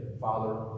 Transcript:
Father